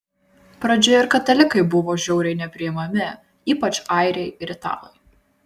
pradžioje ir katalikai buvo žiauriai nepriimami ypač airiai ir italai